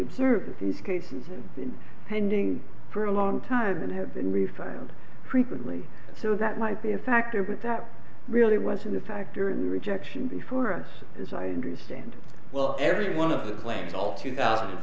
observe that these cases and been pending for a long time and have been restyled frequently so that might be a factor but that really wasn't a factor in the rejection before us as i understand well every one of the claims all two thousand and